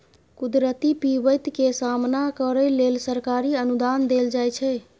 कुदरती बिपैत के सामना करइ लेल सरकारी अनुदान देल जाइ छइ